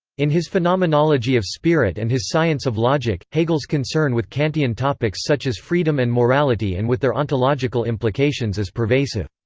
in his phenomenology of spirit and his science of logic, hegel's concern with kantian topics such as freedom and morality and with their ontological implications is pervasive.